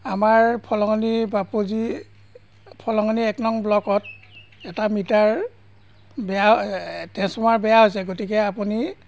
আমাৰ ফলঙলী বাপুজী ফলঙণি এক নং ব্লকত এটা মিটাৰ বেয়া ট্ৰেঞ্চফ্ৰ্মাৰ বেয়া হৈছে গতিকে আপুনি